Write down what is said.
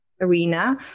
arena